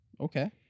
Okay